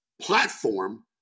platform